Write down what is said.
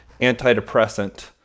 antidepressant